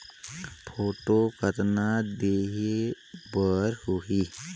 Photo कतना देहें बर होहि?